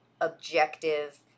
objective